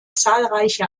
zahlreiche